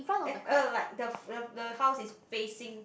eh oh like the the the house is facing